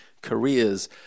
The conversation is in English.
careers